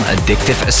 Addictive